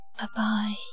Bye-bye